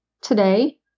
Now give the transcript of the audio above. today